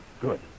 Good